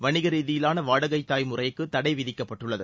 வணிக ரீதியிலான வாடகைத்தாய் முறைக்கு தடை விதிக்கப்பட்டுள்ளது